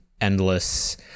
endless